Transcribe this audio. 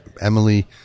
Emily